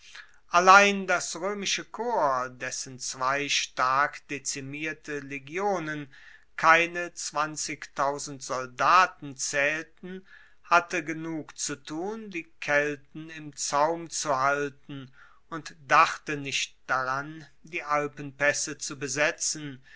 allein das roemische korps dessen zwei stark dezimierte legionen keine soldaten zaehlten hatte genug zu tun die kelten im zaum zu halten und dachte nicht daran die alpenpaesse zu besetzen